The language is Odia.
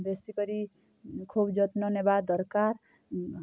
ବେଶୀ କରି ଖୁବ୍ ଯତ୍ନ ନେବା ଦରକାର୍